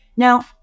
Now